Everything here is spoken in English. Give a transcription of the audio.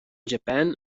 japan